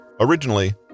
Originally